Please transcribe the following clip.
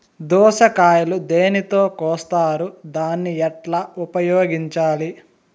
దోస కాయలు దేనితో కోస్తారు దాన్ని ఎట్లా ఉపయోగించాలి?